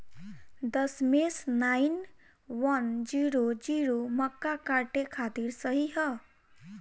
दशमेश nine one zero zero मक्का काटे खातिर सही ह?